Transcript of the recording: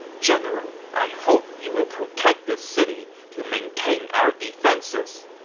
general, i hope you will protect this city to maintain our defenses.